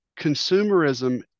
consumerism